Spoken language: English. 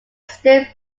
stood